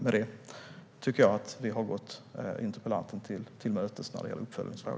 Med det tycker jag att vi har gått interpellanten till mötes när det gäller uppföljningsfrågan.